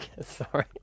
Sorry